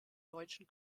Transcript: deutschen